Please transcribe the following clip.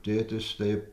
tėtis taip